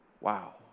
Wow